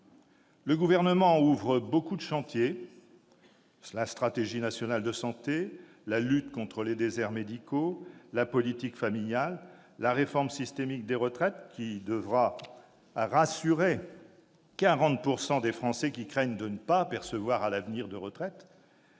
Le Gouvernement ouvre de nombreux chantiers : stratégie nationale de santé, lutte contre les déserts médicaux, politique familiale et réforme systémique des retraites- celle-ci devra rassurer les 40 % des Français qui craignent de ne pas percevoir à l'avenir de retraite.